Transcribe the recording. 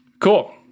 Cool